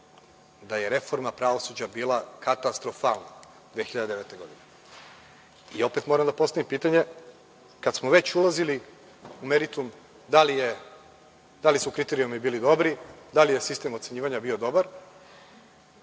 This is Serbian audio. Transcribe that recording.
da je reforma pravosuđa bila katastrofalna 2009. godine. Opet moram da postavim pitanje – kad smo već ulazili u meritum, da li su kriterijumi bili dobri, da li je sistem ocenjivanja bio dobar,